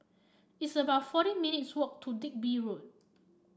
it's about forty minutes' walk to Digby Road